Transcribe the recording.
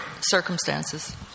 circumstances